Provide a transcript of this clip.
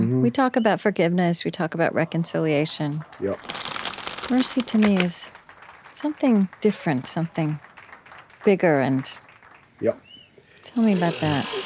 we talk about forgiveness, we talk about reconciliation. yeah mercy, to me, is something different, something bigger. and yeah tell me about that